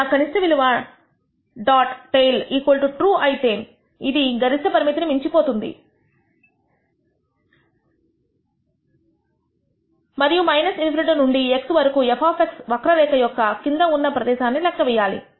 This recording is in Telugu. ఒకవేళ కనిష్ట విలువ డాట్ టెయిల్ TRUE అయితే ఇది గరిష్ట పరిమితిని మించిపోతుంది మరియు ∞ నుండి x వరకు f వక్రరేఖ యొక్క కింద ఉన్నా ప్రదేశము లెక్క వేయాలి